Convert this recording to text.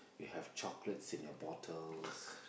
you have chocolates in your bottles